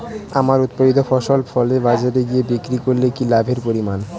আমার উৎপাদিত ফসল ফলে বাজারে গিয়ে বিক্রি করলে কি লাভের পরিমাণ?